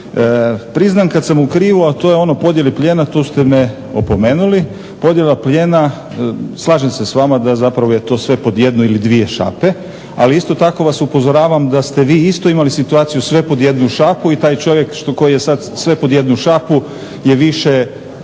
Priznam kad sam u krivu, a to je ono o podjeli plijena, tu ste me opomenuli. Podjela plijena slažem se s vama da zapravo je to sve pod jednu ili dvije šake, ali isto tako vas upozoravam da ste vi isto imali situaciju sve pod jednu šaku i taj čovjek koji je sad sve pod jednu šaku je više